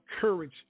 courage